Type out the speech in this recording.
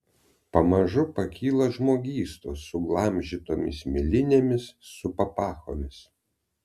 pamažu pakyla žmogystos suglamžytomis milinėmis su papachomis